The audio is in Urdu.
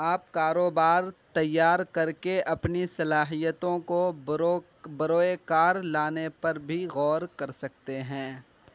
آپ کاروبار تیار کر کے اپنی صلاحیتوں کو بروۓ کار لانے پر بھی غور کر سکتے ہیں